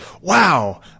wow